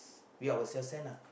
we ourselves send lah